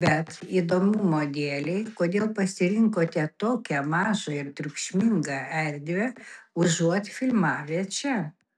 bet įdomumo dėlei kodėl pasirinkote tokią mažą ir triukšmingą erdvę užuot filmavę čia